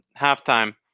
halftime